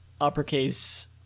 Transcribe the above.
uppercase